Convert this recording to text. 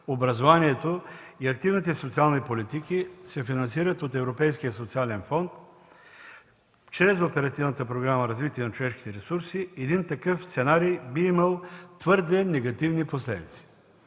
образованието и активните социални политики се финансират от Европейския социален фонд чрез Оперативната програма „Развитие на човешките ресурси”, един такъв сценарий би имал твърде негативни последици.